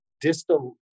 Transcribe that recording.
distal